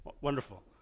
wonderful